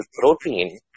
protein